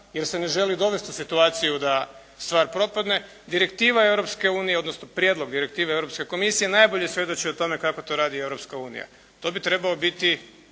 jer se ne želi dovesti u situaciju da stvar propadne. Direktiva Europske unije, odnosno prijedlog direktive Europske komisije najbolje svjedoči o tome kako to radi Europska unija. To bi trebao biti